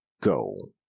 go